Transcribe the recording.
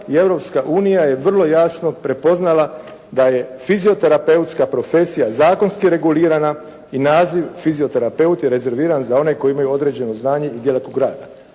unija je vrlo jasno prepoznala da je fizioterapeutska profesija zakonski regulirana i naziv fizioterapeut je rezerviran za one koji imaju određeno znanje i djelokrug rada.